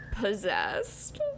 possessed